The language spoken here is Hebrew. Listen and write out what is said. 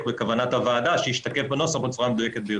בכוונת הוועדה שתשתקף בנוסח בצורה המדויקת ביותר.